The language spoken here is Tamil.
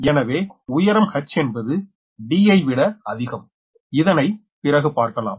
எனவே உயரம் h என்பது D ஐ விட அதிகம் இதனை பிறகு பார்க்கலாம்